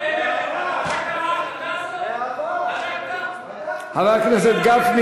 תודה לחבר הכנסת שרון